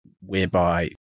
whereby